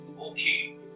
Okay